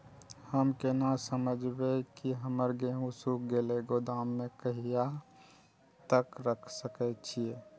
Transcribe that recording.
हम केना समझबे की हमर गेहूं सुख गले गोदाम में कहिया तक रख सके छिये?